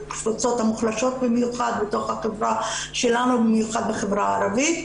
הקבוצות המוחלשות במיוחד בתוך החברה שלנו במיוחד בחברה הערבית,